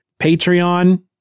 Patreon